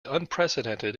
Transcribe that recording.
unprecedented